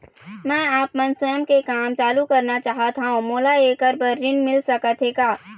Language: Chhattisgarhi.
मैं आपमन स्वयं के काम चालू करना चाहत हाव, मोला ऐकर बर ऋण मिल सकत हे का?